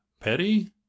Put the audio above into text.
petty